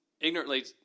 ignorantly